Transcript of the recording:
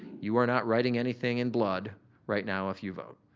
you are not writing anything in blood right now if you vote.